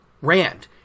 Rand